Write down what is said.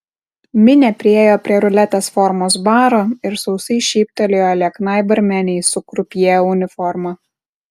minė priėjo prie ruletės formos baro ir sausai šyptelėjo lieknai barmenei su krupjė uniforma